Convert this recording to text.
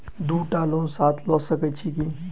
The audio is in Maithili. दु टा लोन साथ लऽ सकैत छी की?